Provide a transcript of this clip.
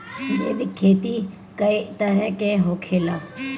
जैविक खेती कए तरह के होखेला?